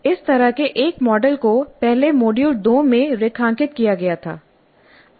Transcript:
इस तरह के एक मॉडल को पहले मॉड्यूल 2 में रेखांकित किया गया था